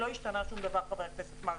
חבר הכנסת מרגי,